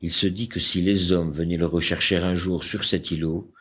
il se dit que si les hommes venaient le rechercher un jour sur cet îlot